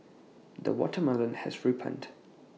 the watermelon has ripened